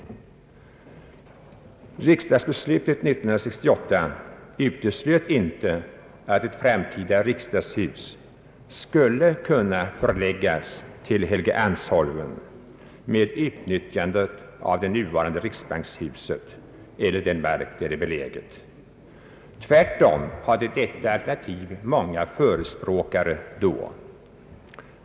Riksdagsbeslutet 1968 uteslöt inte att ett framtida riksdagshus skulle kunna förläggas till Helgeandsholmen med utnyttjande av det nuvarande riksbankshuset eller den mark där det nu är beläget. Tvärtom hade detta alternativ många förespråkare.